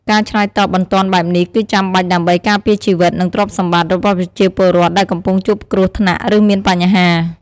ការឆ្លើយតបបន្ទាន់បែបនេះគឺចាំបាច់ដើម្បី ការពារជីវិត និងទ្រព្យសម្បត្តិ របស់ប្រជាពលរដ្ឋដែលកំពុងជួបគ្រោះថ្នាក់ ឬមានបញ្ហា។